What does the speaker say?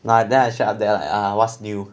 no then I there like shout there like uh what's new